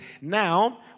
Now